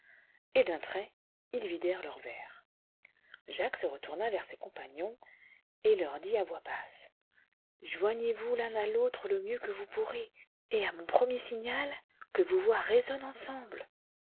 et d'un trait ils vidèrent leurs verres jacques se retourna vers ses compagnons et leui dit à voix basse joignez vous l'un à l'autre le mieux que vous pourrez et à mon premier signal que vos voix résonnent ensemble